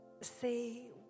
say